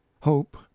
Hope